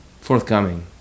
forthcoming